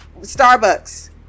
starbucks